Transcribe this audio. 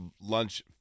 lunch